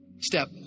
step